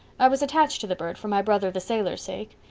i was attached to the bird for my brother the sailor's sake.